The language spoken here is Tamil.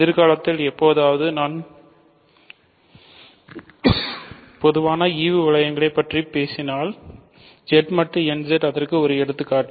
எதிர்காலத்தில் எப்போதாவது நான் பொதுவாக ஈவு வளையங்களைப் பற்றி பேசினாள் Z மட்டு nZ அதற்கு ஒரு எடுத்துக்காட்டு